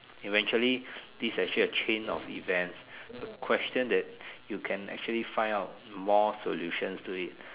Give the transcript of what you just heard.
eventually this actually a chain of events question that you can actually find out more solutions to it